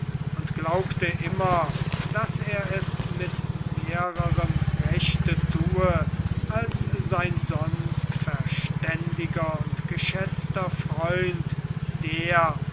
und glaubte immer daß er es mit mehrerem rechte tue als sein sonst verständiger und geschätzter freund der